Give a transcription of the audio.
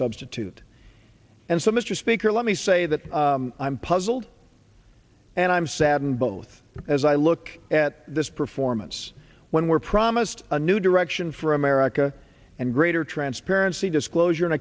substitute and so mr speaker let me say that i'm puzzled and i'm saddened both as i look at this performance when we're promised a new direction for america and greater transparency disclosure and